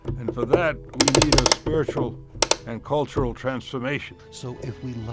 and for that, we need a spiritual and cultural transformation so if we